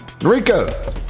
Rico